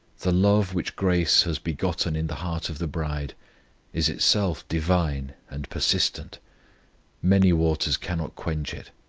the love which grace has begotten in the heart of the bride is itself divine and persistent many waters cannot quench it,